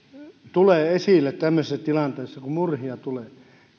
tulee esille tämmöisissä tilanteissa kun murhia